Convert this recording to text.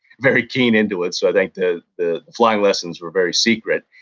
very keen into it, so i think the the flying lessons were very secret.